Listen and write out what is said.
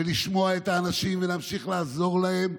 בלשמוע את האנשים ולהמשיך לעזור להם,